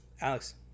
Alex